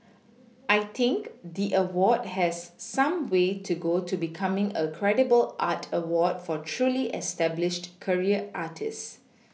I think the award has some way to go to becoming a credible art award for truly established career artists